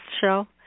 show